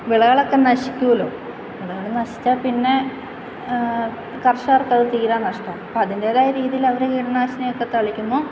വിളകളൊക്കെ നശിക്കുമല്ലോ വിളകൾ നശിച്ചാൽ പിന്നെ കർഷകർക്ക് അത് തീരാനഷ്ടമാ അപ്പോൾ അതിൻ്റെതായ രീതിയിൽ അവർ കീടനാശിനിയൊക്കെ തളിക്കുന്നു